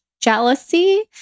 jealousy